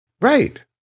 right